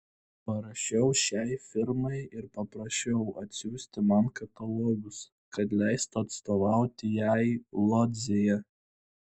parašiau šiai firmai ir paprašiau atsiųsti man katalogus kad leistų atstovauti jai lodzėje